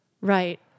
Right